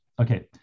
Okay